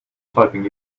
typing